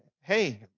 Hey